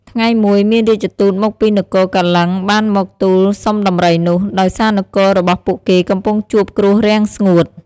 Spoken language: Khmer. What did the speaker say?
ថ្ងៃមួយ មានរាជទូតមកពីនគរកលិង្គបានមកទូលសុំដំរីនោះ ដោយសារនគររបស់ពួកគេកំពុងជួបគ្រោះរាំងស្ងួត។